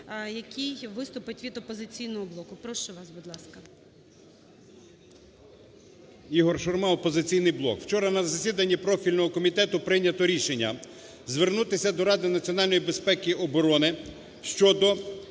який виступить від "Опозиційного блоку". Прошу вас, будь ласка.